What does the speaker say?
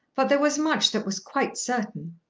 but there was much that was quite certain.